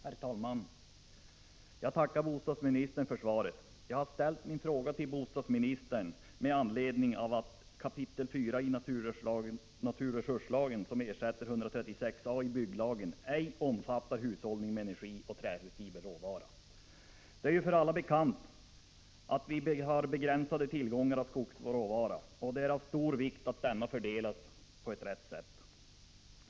Herr talman! Jag tackar bostadsministern för svaret. Jag har ställt min fråga till bostadsministern med anledning av att 4 kap. i naturresurslagen, som ersätter 136 a § i byggnadslagen, ej omfattar hushållning med energi och träfiberråvara. Det är för alla bekant att vi i Sverige har begränsade tillgångar av skogsråvara, och det är av stor vikt att den fördelas rätt.